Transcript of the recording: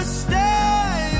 stay